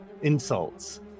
insults